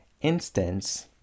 instance